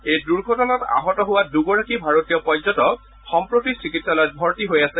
এই দুৰ্ঘটনাত আহত হোৱা দুগৰাকী ভাৰতীয় পৰ্যটক সম্প্ৰতি চিকিৎসালয়ত ভৰ্তি হৈ আছে